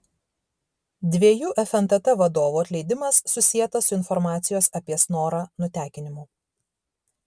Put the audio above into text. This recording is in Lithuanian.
dviejų fntt vadovų atleidimas susietas su informacijos apie snorą nutekinimu